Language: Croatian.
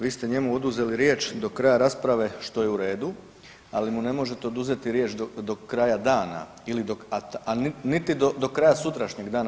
Vi ste njemu oduzeli riječ do kraja rasprave što je u redu, ali mu ne možete oduzeti riječ do kraja dana, a niti do kraja sutrašnjeg dana.